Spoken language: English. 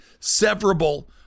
severable